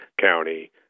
County